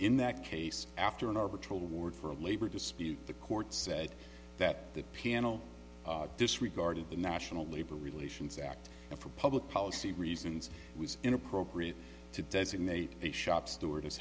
in that case after an arbitrary award for a labor dispute the court said that the piano disregarded the national labor relations act and for public policy reasons it was inappropriate to designate a shop steward